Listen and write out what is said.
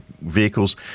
vehicles